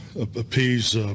appease